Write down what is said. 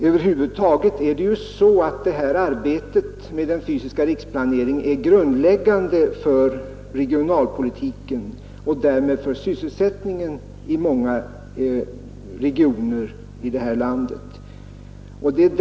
Över huvud taget är ju arbetet med den fysiska riksplaneringen grundläggande för regionalpolitiken och därmed för sysselsättningen i många regioner i det här landet.